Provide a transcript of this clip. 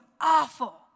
awful